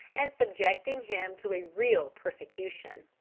and subjecting him to a real persecution.